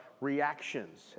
reactions